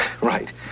Right